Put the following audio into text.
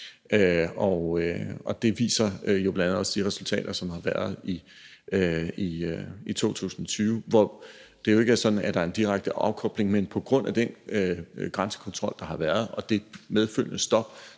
Det viser de resultater, som har været i 2020, jo bl.a. også, hvor det ikke er sådan, at der er en direkte afkobling, men den grænsekontrol, der har været, og det medfølgende stop,